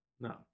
No